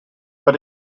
but